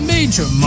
Major